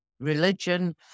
religion